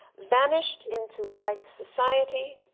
vanished into white society,